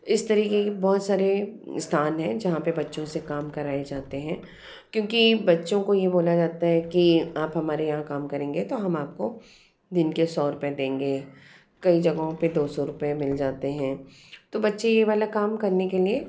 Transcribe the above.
इस तरीक़े के बहुत सारे स्थान है जहाँ पर बच्चों से काम कराए जाते हैं क्योंकि बच्चों को ये बोला जाता है कि आप हमारे यहाँ काम करेंगे तो हम आप को दिन के सौ रुपये देंगे कई जगहों पर दो सौ रुपये मिल जाते हैं तो बच्चे ये वाला काम करने के लिए